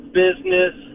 business